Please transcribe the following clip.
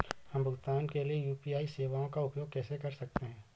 हम भुगतान के लिए यू.पी.आई सेवाओं का उपयोग कैसे कर सकते हैं?